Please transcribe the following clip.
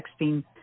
texting